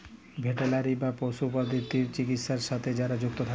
veterinary বা পশু প্রালিদ্যার চিকিৎছার সাথে যারা যুক্ত থাক্যে